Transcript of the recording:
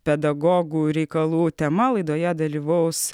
pedagogų reikalų tema laidoje dalyvaus